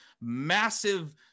massive